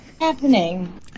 happening